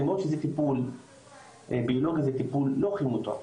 למרות שזה טיפול ביולוגי ולא כימותרפי.